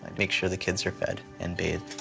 make sure the kids are fed and bathed.